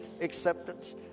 acceptance